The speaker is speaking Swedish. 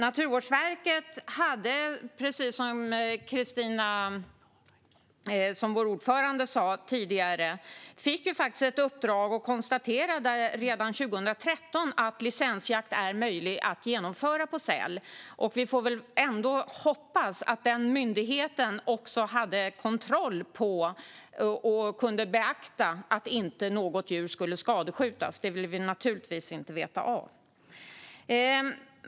Naturvårdsverket fick, precis som utskottets ordförande sa tidigare, ett uppdrag och konstaterade redan 2013 att det är möjligt att genomföra licensjakt på säl. Vi får väl ändå hoppas att myndigheten hade kontroll på och kunde beakta att inte något djur skulle skadskjutas - det vill vi naturligtvis inte veta av.